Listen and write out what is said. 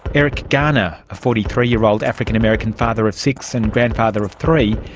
eric garner, a forty three year old african-american father of six and grandfather of three,